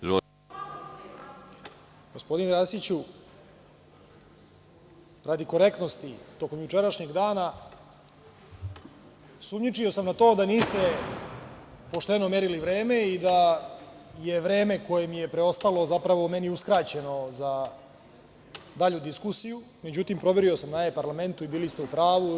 Gospodine Arsiću, radi korektnosti, tokom jučerašnjeg rada sumnjičio sam na to da niste pošteno merili vreme i da je vreme koje mi je preostalo zapravo meni uskraćeno za dalju diskusiju, međutim, proverio sam na e-parlamentu i bili ste u pravu.